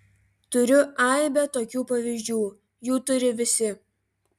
turiu aibę tokių pavyzdžių jų turi visi